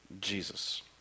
Jesus